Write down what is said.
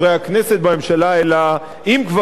אלא אם כבר צריכה להיות השפעה,